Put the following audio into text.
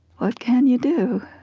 what can you do?